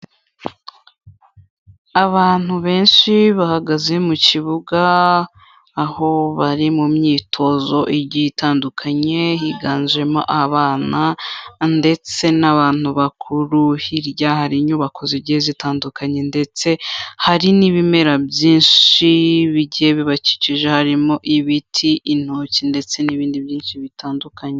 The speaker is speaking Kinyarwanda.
Abantu benshi bahagaze mu kibuga, aho bari mu myitozo igiye itandukanye higanjemo abana ndetse n'abantu bakuru, hirya hari inyubako zigiye zitandukanye ndetse hari n'ibimera byinshi bigiye bibakikije, harimo ibiti, intoki ndetse n'ibindi byinshi bitandukanye.